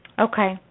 Okay